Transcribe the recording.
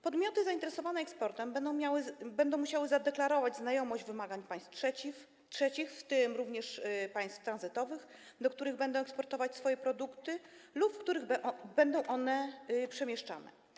Podmioty zainteresowane eksportem będą musiały zadeklarować znajomość wymagań państw trzecich, w tym również państw tranzytowych, do których będą eksportować swoje produkty lub przez które będą one przemieszczane.